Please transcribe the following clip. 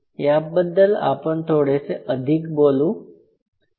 याबद्दल आपण थोडेसे अधिक बोलू